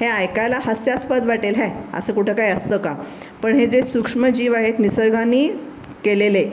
हे ऐकायला हास्यास्पद वाटेल ह्या असं कुठं काय असतं का पण हे जे सूक्ष्मजीव आहेत निसर्गाने केलेले